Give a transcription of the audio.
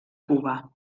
cuba